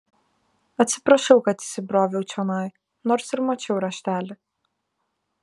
atsiprašau kad įsibroviau čionai nors ir mačiau raštelį